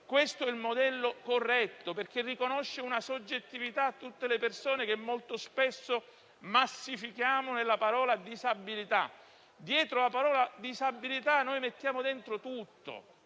Questo è il modello corretto, perché riconosce una soggettività a tutte le persone che molto spesso massifichiamo nella parola «disabilità», all'interno della quale mettiamo dentro tutto,